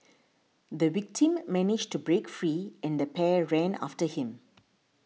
the victim managed to break free and the pair ran after him